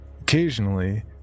Occasionally